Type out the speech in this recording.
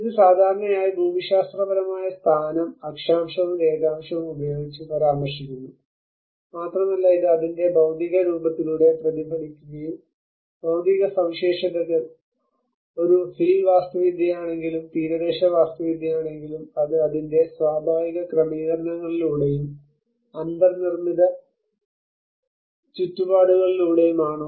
ഇത് സാധാരണയായി ഭൂമിശാസ്ത്രപരമായ സ്ഥാനം അക്ഷാംശവും രേഖാംശവും ഉപയോഗിച്ച് പരാമർശിക്കുന്നു മാത്രമല്ല ഇത് അതിന്റെ ഭൌതിക രൂപത്തിലൂടെ പ്രതിഫലിപ്പിക്കുകയും ഭൌതിക സവിശേഷതകൾ ഒരു ഹിൽ വാസ്തുവിദ്യയാണെങ്കിലും തീരദേശ വാസ്തുവിദ്യയാണെങ്കിലും അത് അതിന്റെ സ്വാഭാവിക ക്രമീകരണങ്ങളിലൂടെയും അന്തർനിർമ്മിത ചുറ്റുപാടുകളിലൂടെയുമാണോ